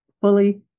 Fully